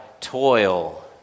toil